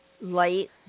light